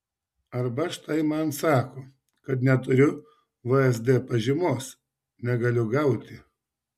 arba štai man sako kad neturiu vsd pažymos negaliu gauti